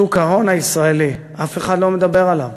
שוק ההון הישראלי, אף אחד לא מדבר עליו,